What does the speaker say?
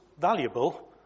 valuable